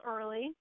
early